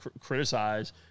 criticize